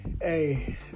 Hey